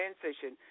transition